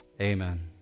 Amen